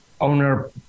owner